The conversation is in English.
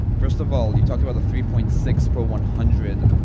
first of all, you talked about the three point six per one hundred